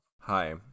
Hi